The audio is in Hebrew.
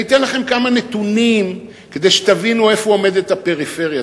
אני אתן לכם כמה נתונים כדי שתבינו איפה עומדת הפריפריה,